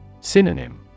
Synonym